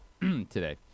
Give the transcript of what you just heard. today